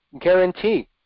guarantee